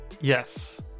Yes